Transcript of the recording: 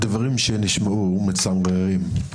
הדברים שנשמעו מצמררים.